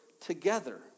together